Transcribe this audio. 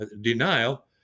denial